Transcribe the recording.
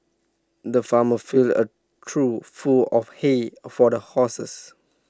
the farmer filled A trough full of hay for the horses